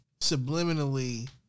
subliminally